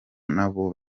nabo